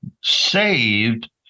saved